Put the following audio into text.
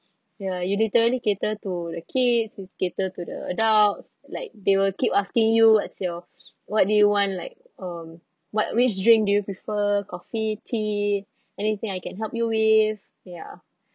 ya you literally cater to the kids you cater to the adults like they will keep asking you what's your what do you want like um what which drink do you prefer coffee tea anything I can help you with ya